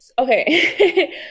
Okay